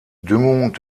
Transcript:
düngung